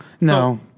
no